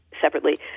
separately